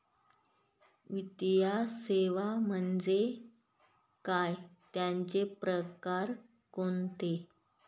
वित्तीय सेवा म्हणजे काय? त्यांचे प्रकार कोणते?